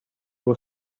was